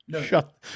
shut